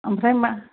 ओमफ्राय मा